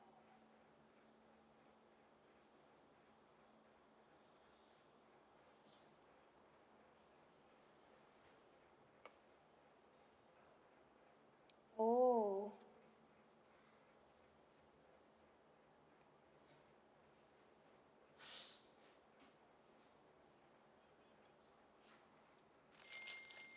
oh